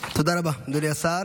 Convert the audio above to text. תודה רבה, אדוני השר.